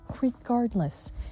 regardless